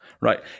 Right